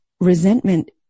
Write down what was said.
resentment